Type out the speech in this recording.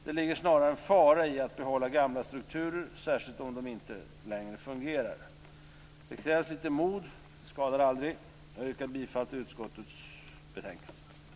Det ligger snarare en fara i att behålla gamla strukturer, särskilt om de inte längre fungerar. Det krävs litet mod - det skadar aldrig! Jag yrkar bifall till utskottets hemställan.